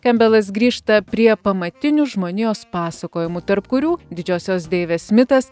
kempbelas grįžta prie pamatinių žmonijos pasakojimų tarp kurių didžiosios deivės mitas